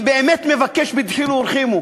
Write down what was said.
אני באמת מבקש בדחילו ורחימו